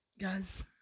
guys